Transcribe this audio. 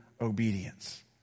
obedience